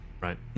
right